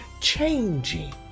changing